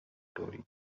story